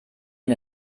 ihn